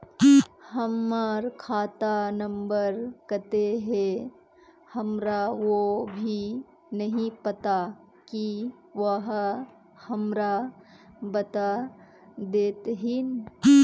हमर खाता नम्बर केते है हमरा वो भी नहीं पता की आहाँ हमरा बता देतहिन?